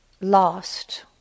lost